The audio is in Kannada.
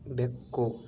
ಬೆಕ್ಕು